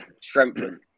strengthen